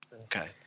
Okay